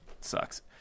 sucks